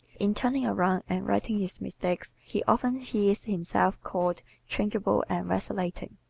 in turning around and righting his mistakes he often hears himself called changeable and vacillating.